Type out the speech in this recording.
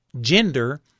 gender